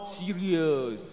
serious